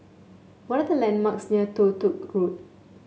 what are the landmarks near Toh Tuck Road